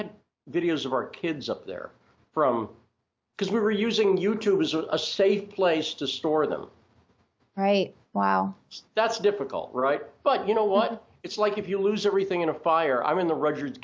had videos of our kids up there from because we were using you to was a safe place to store them right wow that's difficult right but you know what it's like if you lose everything in a fire i mean the records